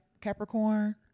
Capricorn